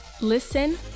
Listen